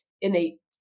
innate